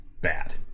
bad